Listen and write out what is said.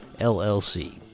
LLC